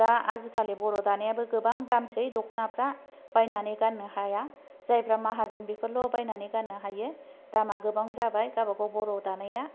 दा आजि कालि बर' दानायाबो गोबां दामसै दखनाफ्रा बायनानै गाननो हाया जायफ्रा माहाजोन बेफोरल' बायनानै गाननो हायो दामा गोबां जाबाय गाबागाव बर' दानाया